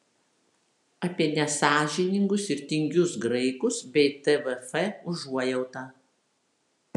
apie nesąžiningus ir tingius graikus bei tvf užuojautą